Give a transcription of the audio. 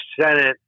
Senate